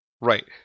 Right